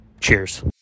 Cheers